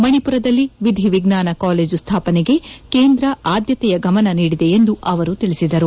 ಮಣಿಪುರದಲ್ಲಿ ವಿಧಿ ವಿಜ್ಞಾನ ಕಾಲೇಜು ಸ್ಲಾಪನೆಗೆ ಕೇಂದ್ರ ಆದ್ಯತೆಯ ಗಮನ ನೀಡಿದೆ ಎಂದು ಅವರು ತಿಳಿಸಿದರು